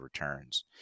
returns